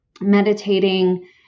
meditating